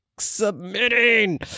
submitting